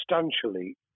substantially